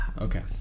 Okay